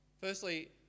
Firstly